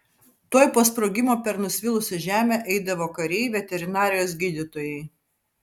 tuoj po sprogimo per nusvilusią žemę eidavo kariai veterinarijos gydytojai